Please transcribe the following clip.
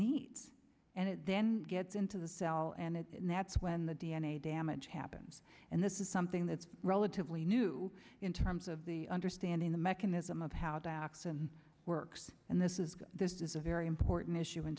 needs and it then gets into the cell and that's when the d n a damage happens and this is something that's relatively new in terms of the understanding the mechanism of how dioxin works and this is this is a very important issue in